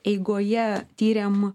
eigoje tyrėm